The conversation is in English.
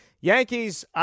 Yankees